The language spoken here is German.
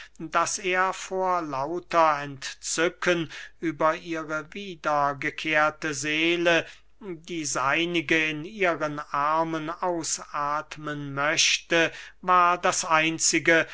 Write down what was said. daß er vor lauter entzücken über ihre wiedergekehrte seele die seinige in ihren armen ausathmen möchte war das einzige